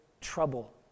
trouble